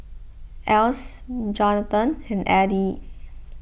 Alyce Jonatan and Eddy